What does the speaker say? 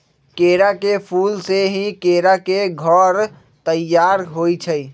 केरा के फूल से ही केरा के घौर तइयार होइ छइ